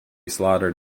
slaughtered